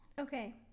okay